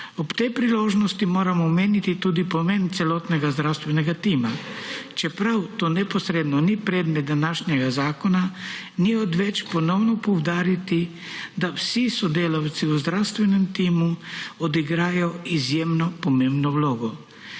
Ob tej priložnosti moram omeniti tudi pomen celotnega zdravstvenega tima. Čeprav to neposredno ni predmet današnjega zakona, ni odveč ponovno poudariti, da vsi sodelavci v zdravstvenem timu odigrajo izjemno pomembno vlogo.